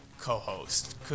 co-host